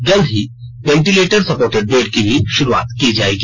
जल्द ही ventilator supported bed की भी शुरुआत की जाएगी